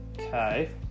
Okay